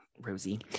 Rosie